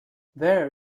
there